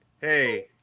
hey